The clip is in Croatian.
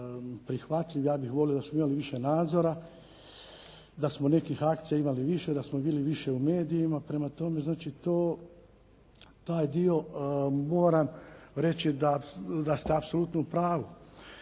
Ja bih volio da smo imali više nadzora, da smo nekih akcija imali više, da smo bili više u medijima. Prema tome znači taj dio moram reći da ste apsolutno u pravu.